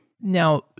Now